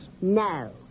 No